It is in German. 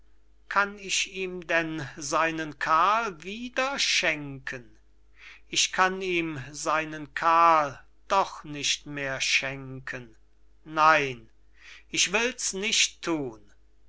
kann ich ihm denn seinen sohn wieder schenken ich kann ihm seinen sohn doch nicht mehr schenken nein ich will's nicht thun